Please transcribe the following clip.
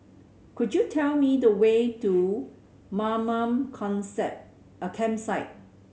could you tell me the way to Mamam Campsite